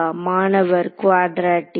மாணவர் குவாட்ரேடிக்